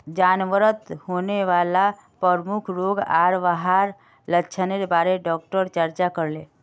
जानवरत होने वाला प्रमुख रोग आर वहार लक्षनेर बारे डॉक्टर चर्चा करले